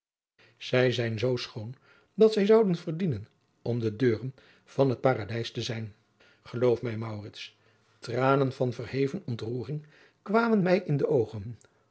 zij zijn zoo schoon dat zij zouden verdienen om de deuren van het paradijs te zijn geloof mij maurits tranen van verheven ontroering kwamen mij in de oogen